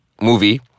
movie